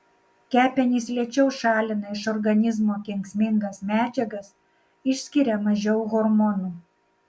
kepenys lėčiau šalina iš organizmo kenksmingas medžiagas išskiria mažiau hormonų